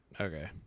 Okay